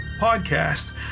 podcast